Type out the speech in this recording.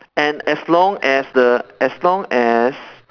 and as long as the as long as